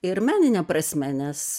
ir menine prasme nes